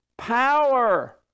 power